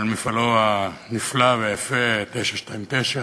על מפעלו הנפלא והיפה, 929,